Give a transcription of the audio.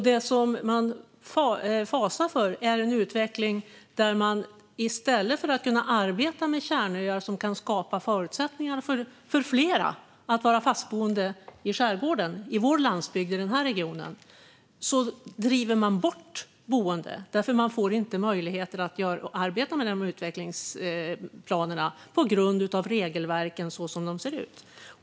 Det man fasar för är en utveckling där man i stället för att kunna arbeta med kärnöar, vilket kan skapa förutsättningar för fler att vara fastboende i skärgården - på vår landsbygd i den här regionen - drivs boende bort därför att man inte får möjlighet att arbeta med de utvecklingsplanerna på grund av hur regelverken ser ut.